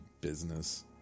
business